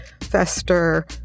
fester